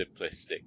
simplistic